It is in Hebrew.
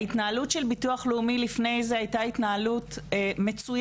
ההתנהלות של ביטוח לאומי לפני זה הייתה התנהלות מצוינת.